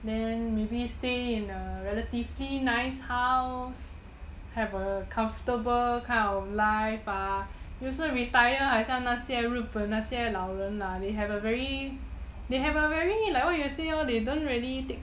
then maybe stay in a relatively nice house have a comfortable kind of life ah 就会 retire 好像日本那些日本老人啊 they have a very they have a very like what you say oh